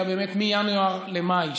אלא מינואר עד מאי,